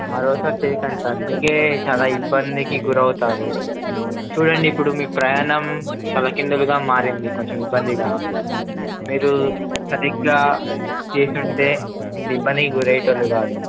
మరోసా చేయకండి సార్ అందుగే చాలా ఇబ్బందికి గురవుతారు చూడండి ఇప్పుడు మీ ప్రయాణం తల కిందలుగా మారింది కొంచెం ఇబ్బందిగా మీరు సరిగ్గా చేసుంటే ఇ ఇబ్బందికి గురేటోళ్లుు కాదు